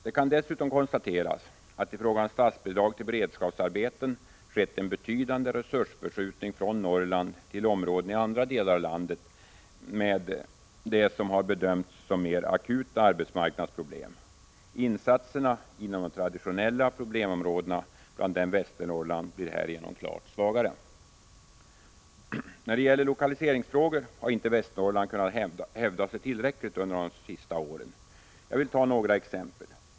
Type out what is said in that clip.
Det kan dessutom konstateras att det i fråga om statsbidrag till beredskapsarbeten har skett en betydande resursförskjutning från Norrland till områden i andra delar av landet med som det har bedömts mer akuta arbetsmarknadsproblem. Insatserna inom de traditionella problemområdena, bland dem Västernorrland, blir härigenom klart svagare. När det gäller lokaliseringsfrågor har inte Västernorrland kunnat hävda sig tillräckligt under de senaste åren. Jag vill ta några exempel.